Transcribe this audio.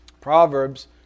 Proverbs